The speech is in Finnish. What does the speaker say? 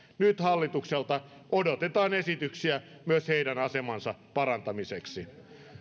nyt hallitukselta odotetaan esityksiä myös heidän asemansa parantamiseksi